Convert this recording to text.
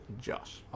Josh